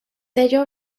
ello